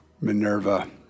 Minerva